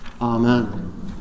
Amen